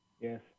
Yes